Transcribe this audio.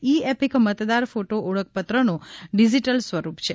ઈ EPIC મતદાર photo ઓળખપત્રનો digital સ્વરૂપ છે